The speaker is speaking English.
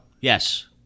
Yes